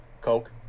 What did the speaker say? Coke